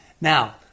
Now